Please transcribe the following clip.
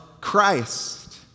Christ